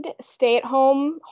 stay-at-home